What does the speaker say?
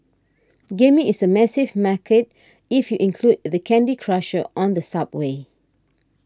gaming is a massive market if you include the Candy Crushers on the subway